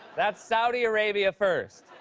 that's saudi arabia first.